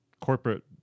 corporate